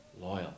loyal